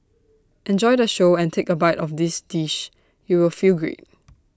enjoy the show and take A bite of this dish you will feel great